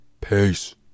Peace